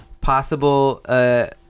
possible